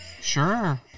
Sure